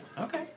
Okay